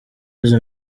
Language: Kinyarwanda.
izo